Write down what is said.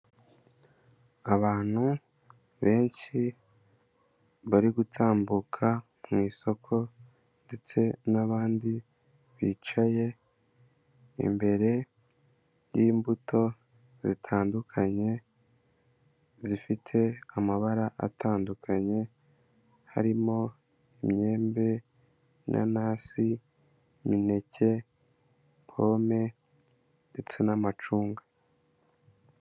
Abantu benshi bari gutambuka mu isoko ndetse n'abandi bicaye imbere y'imbuto zitandukanye, zifite amabara atandukanye harimo imyembe, inanasi, imineke pome ndetse n'amacunga.